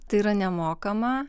tai yra nemokama